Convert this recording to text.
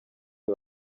uyu